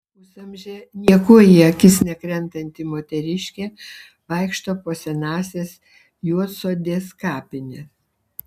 pusamžė niekuo į akis nekrentanti moteriškė vaikšto po senąsias juodsodės kapines